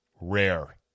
rare